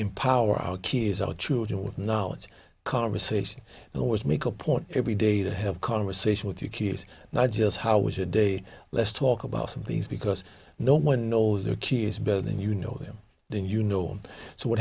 empower our kids our true time with knowledge conversation and always make a point every day to have conversation with your kids not just how was a day let's talk about some things because no one knows the key is better than you know them then you know so what